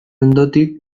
ondotik